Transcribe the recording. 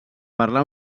parlar